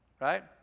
right